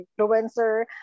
influencer